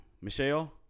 Michelle